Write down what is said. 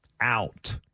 out